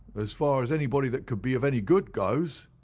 as far as anybody that could be of any good goes.